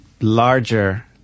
larger